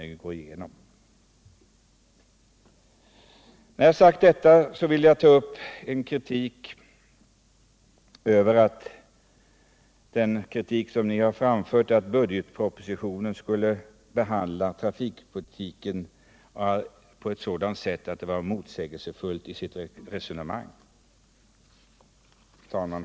Jag vill ta upp den kritik som ni framfört, att budgetpropositionen skulle behandla trafikpolitiken på ett motsägelsefullt sätt. Herr talman!